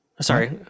sorry